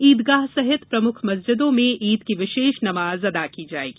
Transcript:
ईदगाह सहित प्रमुख मस्जिदों में ईद की विशेष नमाज अदा की जाएगी